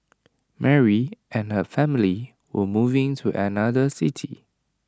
Mary and her family were moving to another city